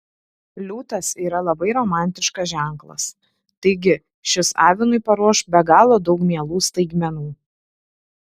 liūtas yra labai romantiškas ženklas taigi šis avinui paruoš be galo daug mielų staigmenų